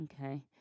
Okay